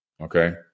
okay